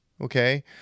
okay